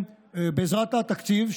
בעזרת התקציב,